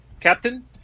captain